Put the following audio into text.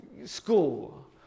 school